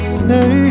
say